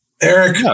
Eric